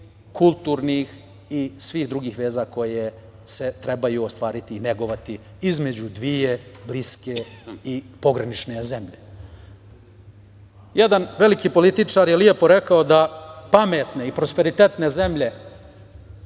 kulturnih i svih drugih veza koje se trebaju ostvariti i negovati između dve bliske i pogranične zemlje. Jedan veliki političar je lepo rekao da pametne i prosperitetne zemlje